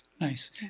Nice